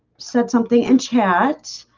said something in chat,